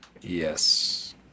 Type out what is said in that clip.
yes